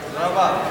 תודה רבה.